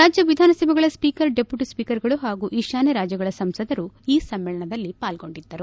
ರಾಜ್ಯ ವಿಧಾನಸಭೆಗಳ speaker deputy ಸ್ವೀಕರ್ಗಳು ಹಾಗೂ ಈಶಾನ್ಯ ರಾಜ್ಯಗಳ ಸಂಸದರು ಸಮ್ನೇಳನದಲ್ಲಿ ಪಾಲ್ಗೊಂಡಿದ್ದಾರೆ